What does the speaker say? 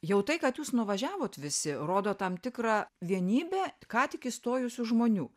jau tai kad jūs nuvažiavot visi rodo tam tikrą vienybę ką tik įstojusių žmonių